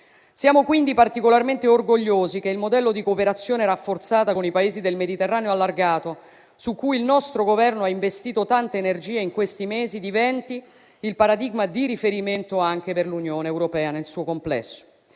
Siamo quindi particolarmente orgogliosi che il modello di cooperazione rafforzata con i Paesi del Mediterraneo allargato, su cui il nostro Governo ha investito tante energie, in questi mesi diventi il paradigma di riferimento anche per l'Unione europea nel suo complesso.